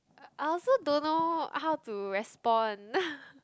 I also don't know how to respond